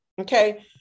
okay